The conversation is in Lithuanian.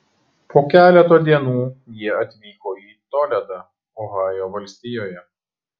po keleto dienų jie atvyko į toledą ohajo valstijoje